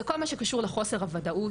זה כל מה שקשור לחוסר הוודאות,